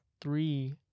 three